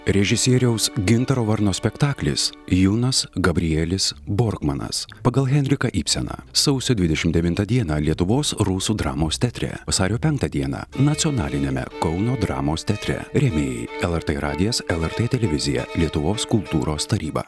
režisieriaus gintaro varno spektaklis junas gabrielis borkmanas pagal henriką ibseną sausio dvidešimt devyntą dieną lietuvos rusų dramos teatre vasario penktą dieną nacionaliniame kauno dramos teatre rėmėjai lrt radijas lrt televizija lietuvos kultūros taryba